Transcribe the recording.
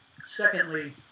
Secondly